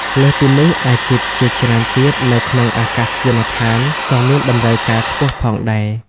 លើសពីនេះ អាជីពជាច្រើនទៀតនៅក្នងអាកាសយានដ្ឋានក៏មានតម្រូវការខ្ពស់ផងដែរ។